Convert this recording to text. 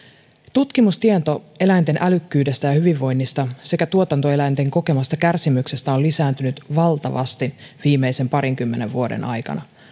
tutkimustieto eläinten älykkyydestä ja hyvinvoinnista sekä tuotantoeläinten kokemasta kärsimyksestä on lisääntynyt valtavasti viimeisen parinkymmenen vuoden aikana